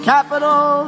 Capital